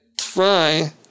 try